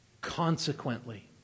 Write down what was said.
Consequently